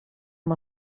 amb